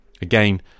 Again